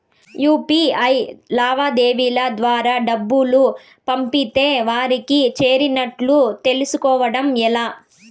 UPI లావాదేవీల ద్వారా డబ్బులు పంపితే వారికి చేరినట్టు తెలుస్కోవడం ఎలా?